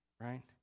right